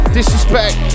Disrespect